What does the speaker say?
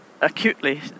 acutely